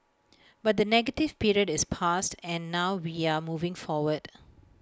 but the negative period is past and now we are moving forward